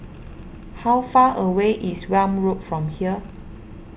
how far away is Welm Road from here